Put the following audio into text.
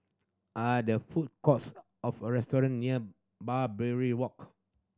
are there food courts of a restaurant near Barbary Walk